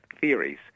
theories